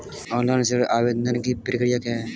Online ऋण आवेदन की प्रक्रिया क्या है?